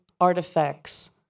artifacts